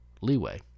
leeway